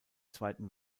zweiten